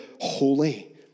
holy